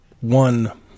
one